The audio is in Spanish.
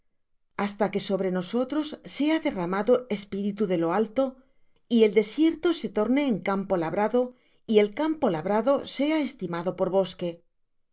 hasta que sobre nosotros sea derramado espíritu de lo alto y el desierto se torne en campo labrado y el campo labrado sea estimado por bosque